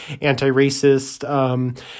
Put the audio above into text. anti-racist